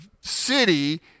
city